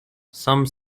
some